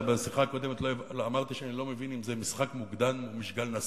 בשיחה הקודמת אמרתי שאני לא מבין אם זה משחק מוקדם או משגל נסוג,